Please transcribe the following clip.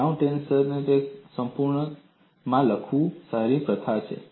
તણાવ ટેન્સરને તેની સંપૂર્ણતામાં લખવું એ સારી પ્રથા છે